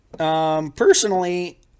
Personally